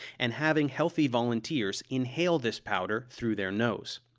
and having healthy volunteers inhale this powder through their nose.